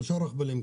שלושה רכבלים.